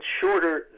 shorter